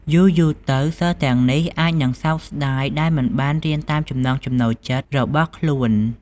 យូរៗទៅ សិស្សទាំងនេះអាចនឹងសោកស្ដាយដែលមិនបានរៀនតាមចំណង់ចំណូលចិត្តរបស់ខ្លួន។